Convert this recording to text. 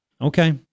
Okay